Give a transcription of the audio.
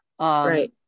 right